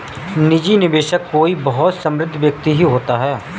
निजी निवेशक कोई बहुत समृद्ध व्यक्ति ही होता है